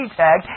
tag